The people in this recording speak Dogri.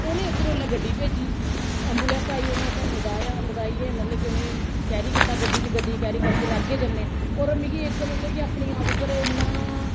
उनें उद्धरा उल्लै गड्डी भेजी एंबुलेंस आई उनें असें लदाया लदाइयै मतलब कि उ'नेंगी कैरी कीता गड्डी च गड्डी च कैरी करियै जेल्लै अग्गें जन्ने होर ओह् मिगी इक कि मतलब अपने आप पर इन्ना